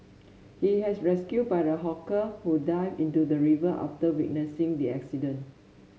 he has rescued by a hawker who dived into the river after witnessing the accident